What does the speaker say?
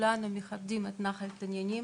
וכולנו מכבדים את נחל תנינים